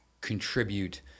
contribute